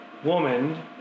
Woman